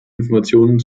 informationen